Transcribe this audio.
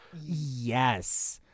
Yes